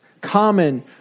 common